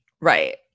Right